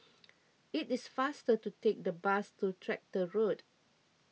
it is faster to take the bus to Tractor Road